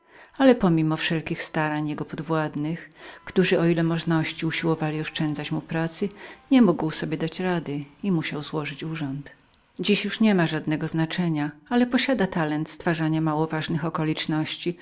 ale pomimo wszelkich starań jego podwładnych którzy o ile możności usiłowali oszczędzać mu pracy nie mógł sobie dać rady i musiał złożyć urząd w tej chwili nie ma żadnego znaczenia ale posiada talent stwarzania